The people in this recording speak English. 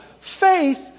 Faith